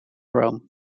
rome